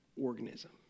organism